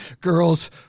girls